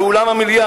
באולם המליאה,